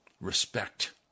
respect